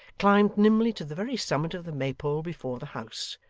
climbed nimbly to the very summit of the maypole before the house,